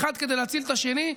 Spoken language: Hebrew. האחד כדי להציל את השני,